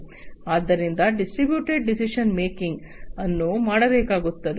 ಆದ್ದರಿಂದ distributed decision ಮೇಕಿಂಗ್ಅನ್ನು ಮಾಡಬೇಕಾಗುತ್ತದೆ